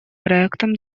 проектом